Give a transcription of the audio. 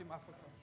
עשר דקות.